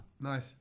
Nice